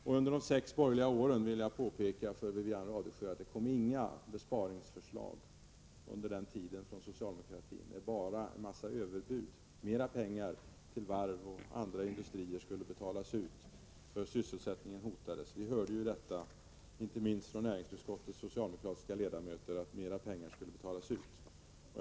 Jag vill påpeka för Wivi-Anne Radesjö att under de sex borgerliga åren kom inga besparingsförslag från socialdemokratin, bara en mängd överbud. Mera pengar till varv och andra industrier skulle betalas ut, för sysselsättningen var hotad. Inte minst från näringsutskottets socialdemokratiska ledamöter fick vi höra att mera pengar skulle betalas ut.